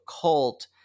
cult